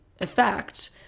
effect